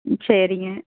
சரிங்க